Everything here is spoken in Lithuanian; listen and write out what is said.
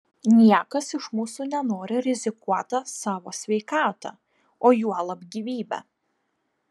niekas iš mūsų nenori rizikuota savo sveikata o juolab gyvybe